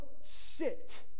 sit